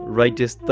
righteous